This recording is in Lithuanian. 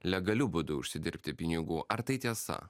legaliu būdu užsidirbti pinigų ar tai tiesa